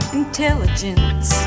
intelligence